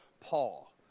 Paul